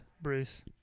bruce